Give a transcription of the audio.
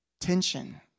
tension